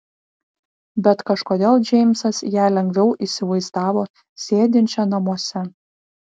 bet kažkodėl džeimsas ją lengviau įsivaizdavo sėdinčią namuose